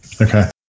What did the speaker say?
Okay